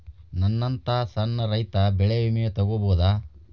ನನ್ನಂತಾ ಸಣ್ಣ ರೈತ ಬೆಳಿ ವಿಮೆ ತೊಗೊಬೋದ?